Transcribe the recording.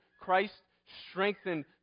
Christ-strengthened